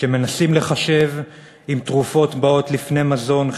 כשהם מנסים לחשב אם תרופות באות לפני מזון,